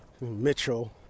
Mitchell